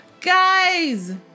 Guys